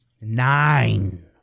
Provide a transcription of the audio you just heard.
Nine